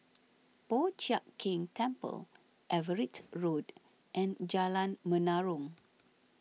Po Chiak Keng Temple Everitt Road and Jalan Menarong